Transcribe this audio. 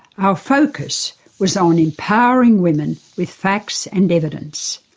our focus was on empowering women with facts and evidence.